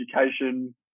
education